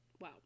Wow